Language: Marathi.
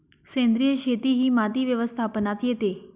सेंद्रिय शेती ही माती व्यवस्थापनात येते